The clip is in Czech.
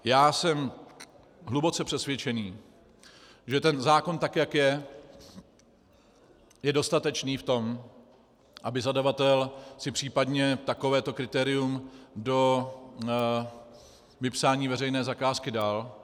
Já jsem hluboce přesvědčený, že ten zákon, tak jak je, je dostatečný v tom, aby si zadavatel případně takovéto kritérium do vypsání veřejné zakázky dal.